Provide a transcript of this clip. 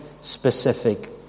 specific